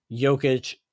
Jokic